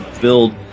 build